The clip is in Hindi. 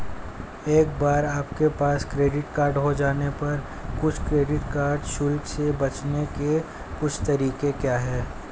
एक बार आपके पास क्रेडिट कार्ड हो जाने पर कुछ क्रेडिट कार्ड शुल्क से बचने के कुछ तरीके क्या हैं?